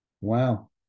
Wow